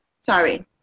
Sorry